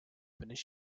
have